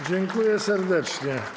Dziękuję serdecznie.